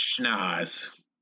schnoz